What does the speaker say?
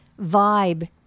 vibe